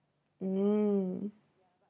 mm